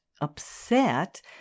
upset